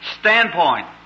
standpoint